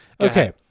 Okay